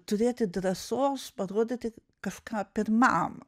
turėti drąsos parodyti kažką pirmam